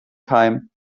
time